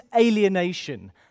alienation